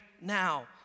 now